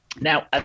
now